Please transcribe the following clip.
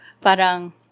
parang